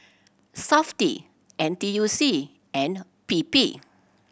Safti N T U C and P P